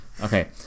Okay